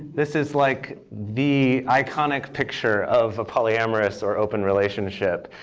this is like the iconic picture of a polyamorous, or open, relationship.